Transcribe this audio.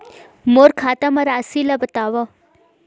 मोर खाता म राशि ल बताओ?